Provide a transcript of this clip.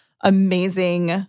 amazing